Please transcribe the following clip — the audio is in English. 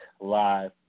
live